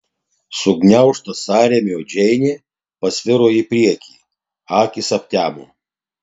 sugniaužta sąrėmio džeinė pasviro į priekį akys aptemo